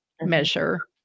measure